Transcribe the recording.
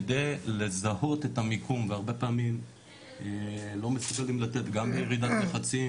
כדי לזהות את המיקום והרבה פעמים לא -- לתת גם בירידת לחצים,